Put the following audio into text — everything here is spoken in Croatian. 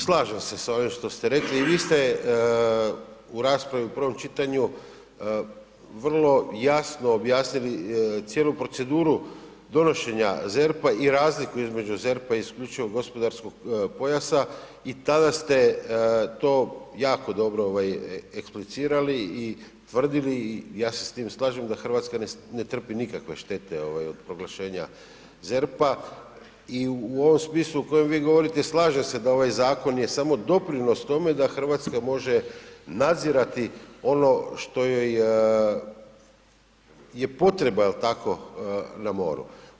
Slažem se s onim što ste rekli i vi ste u raspravi u prvom čitanju vrlo jasno objasnili cijelu proceduru donošenja ZERP-a i razliku između ZERP-a i IGP-a i tada ste to jako dobro eksplicirali i tvrdili i ja se s tim slažem da Hrvatska ne trpi nikakve štete od proglašenja ZERP-a i u ovom smislu u kojem vi govorite, slažem se da ovaj zakon je samo doprinos tome da Hrvatska može nadzirati ono što joj je potreba jel tako, na moru.